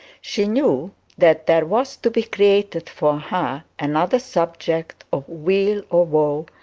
she knew that there was to be created for her another subject of weal or woe,